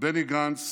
בני גנץ